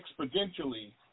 exponentially